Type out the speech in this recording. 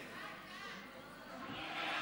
כאן, כאן.